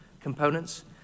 components